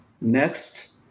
Next